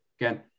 Again